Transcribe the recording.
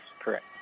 correct